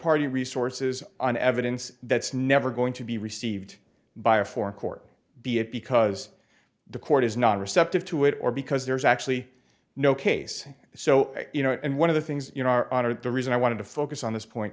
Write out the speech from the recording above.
party resources on evidence that's never going to be received by a foreign court be it because the court is not receptive to it or because there's actually no case so you know and one of the things you know our honor the reason i wanted to focus on this point